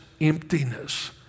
emptiness